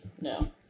no